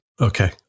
Okay